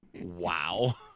wow